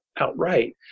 outright